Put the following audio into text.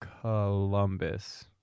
Columbus